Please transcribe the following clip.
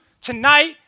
tonight